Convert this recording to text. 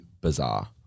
bizarre